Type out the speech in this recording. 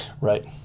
Right